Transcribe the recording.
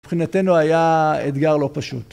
מבחינתנו היה אתגר לא פשוט.